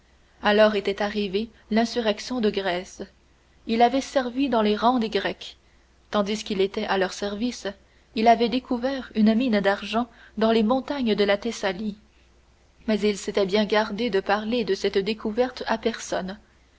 alors était arrivée l'insurrection de grèce il avait servi dans les rangs des grecs tandis qu'il était à leur service il avait découvert une mine d'argent dans les montagnes de la thessalie mais il s'était bien gardé de parler de cette découverte à personne